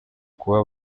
kuba